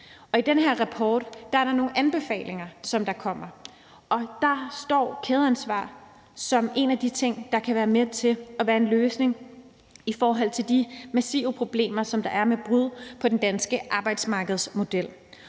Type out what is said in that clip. I den her rapport er der nogle anbefalinger, og der står kædeansvar som en af de ting, der kan være med til at være en løsning i forhold til de massive problemer, som der er med brud på den danske arbejdsmarkedsmodel.